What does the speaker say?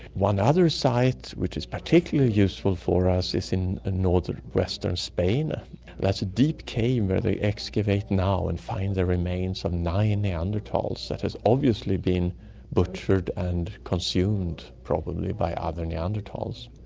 one other site which is particularly useful for us is in ah north western spain, and that's a deep cave where they excavate now and find the remains of nine neanderthals that have obviously been butchered and consumed, probably by other neanderthals.